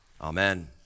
Amen